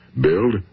Build